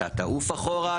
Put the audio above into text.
אתה תעוף אחורה,